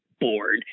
board